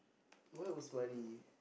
why was money